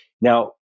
Now